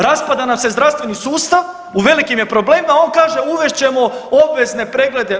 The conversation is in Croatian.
Raspada nam se zdravstveni sustav, u velikim je problemima, on kaže uvest ćemo obvezne preglede.